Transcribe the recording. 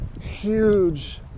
huge